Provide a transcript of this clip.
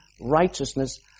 righteousness